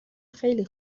خیلی